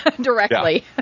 directly